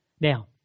Now